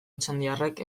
otxandiarrek